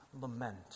lament